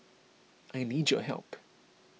I need your help